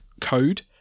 code